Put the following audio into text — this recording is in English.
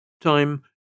Time